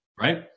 right